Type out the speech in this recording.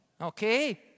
okay